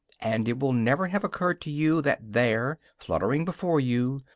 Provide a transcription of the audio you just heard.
and it will never have occurred to you that there, fluttering before you,